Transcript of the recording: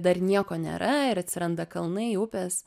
dar nieko nėra ir atsiranda kalnai upės